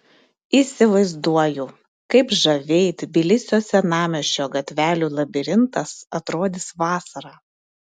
įsivaizduoju kaip žaviai tbilisio senamiesčio gatvelių labirintas atrodys vasarą